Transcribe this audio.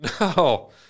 No